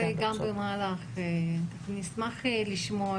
נשמח לשמוע